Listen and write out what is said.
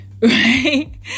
Right